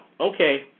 Okay